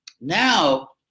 Now